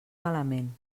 malament